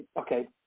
okay